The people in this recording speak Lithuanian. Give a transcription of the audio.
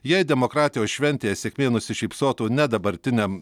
jei demokratijos šventėje sėkmė nusišypsotų ne dabartiniam